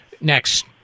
next